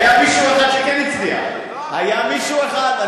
היה מישהו אחד שכן הצליח, היה מישהו אחד.